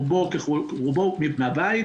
ברובו מהבית,